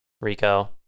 Rico